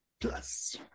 Plus